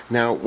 Now